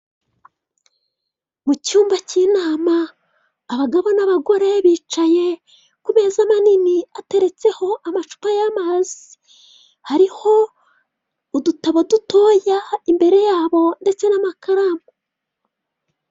Mu cyumba cy'inama abagabo n'abagore, bicaye ku meza mini ateretseho amacupa y'amazi, hariho udutabo dutoya imbere yabo ndetse n'amakaramu.